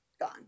gone